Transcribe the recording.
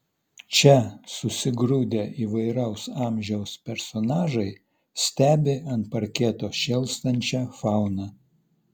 čia susigrūdę įvairaus amžiaus personažai stebi ant parketo šėlstančią fauną